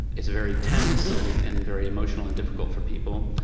it's very tense, and and very emotional and difficult for people.